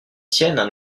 tiennent